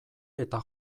eta